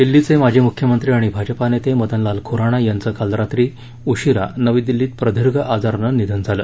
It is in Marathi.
दिल्लीचे माजी मुख्यमंत्री आणि भाजपा नेते मदनलाल खुराना यांचं काल रात्री उशीरा नवी दिल्लीत प्रदीर्घ आजारानं निधन झालं